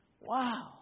Wow